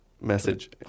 message